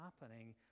happening